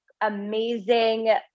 amazing